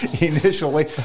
initially